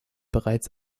bereits